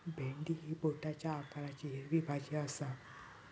भेंडी ही बोटाच्या आकाराची हिरवी भाजी आसा